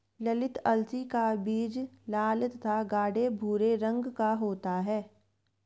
ललीत अलसी का बीज लाल अथवा गाढ़े भूरे रंग का होता है